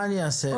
מה אעשה?